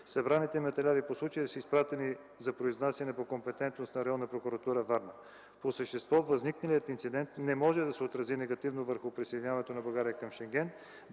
Събраните материали по случая са изпратени за произнасяне по компетентност на Районна прокуратура – Варна. По същество възникналият инцидент не може да се отрази негативно върху присъединяването на България към Шенген,